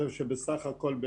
בסך הכול,